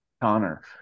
Connor